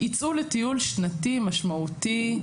יצאו לטיול שנתי משמעותי,